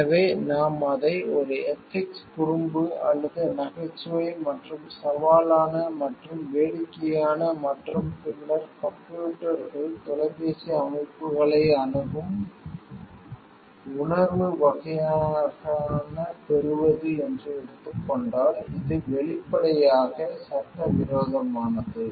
எனவே நாம் அதை ஒரு எதிக்ஸ் குறும்பு அல்லது நகைச்சுவை மற்றும் சவாலான மற்றும் வேடிக்கையான மற்றும் பின்னர் கம்ப்யூட்டர்கள் தொலைபேசி அமைப்புகளை அணுகும் உணர்வு வகையான பெறுவது என்று எடுத்துக்கொண்டால் இது வெளிப்படையாக சட்டவிரோதமானது